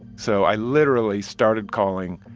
so i literally started calling